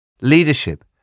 Leadership